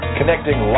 Connecting